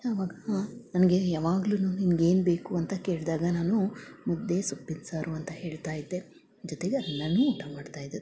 ಅವಾಗ ನನಗೆ ಯಾವಾಗ್ಲು ನಿನ್ಗೆ ಏನು ಬೇಕು ಅಂತ ಕೇಳಿದಾಗ ನಾನು ಮುದ್ದೆ ಸೊಪ್ಪಿನ ಸಾರು ಅಂತ ಹೇಳ್ತಾ ಇದ್ದೆ ಜೊತೆಗೆ ಅನ್ನನೂ ಊಟ ಮಾಡ್ತಾ ಇದ್ದೆ